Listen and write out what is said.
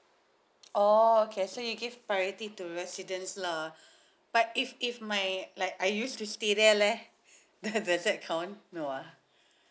oh okay so you give priority to residents lah but if if my like I used to stay there leh does that count no ah